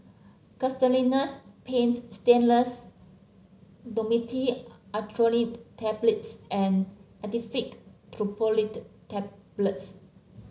Castellani's Paint Stainless Dhamotil Atropine Tablets and Actifed Triprolidine Tablets